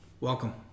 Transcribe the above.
Welcome